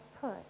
put